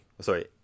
Sorry